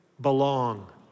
Belong